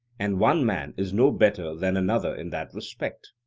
and one man is no better than another in that respect?